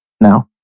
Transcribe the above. now